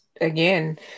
again